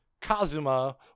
Kazuma